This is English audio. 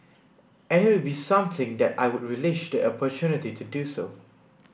and it would be something that I would relish the opportunity to do